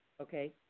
okay